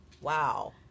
Wow